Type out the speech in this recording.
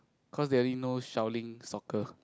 cause they only know Shaolin soccer